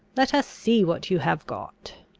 let us see what you have got!